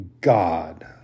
God